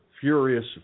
furious